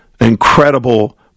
incredible